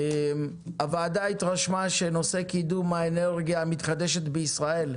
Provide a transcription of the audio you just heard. הוועדה התרשמה שנושא קידום האנרגיה המתחדשת בישראל,